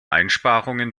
einsparungen